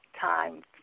time